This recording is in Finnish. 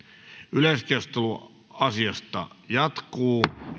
yleiskeskustelu asiasta jatkuu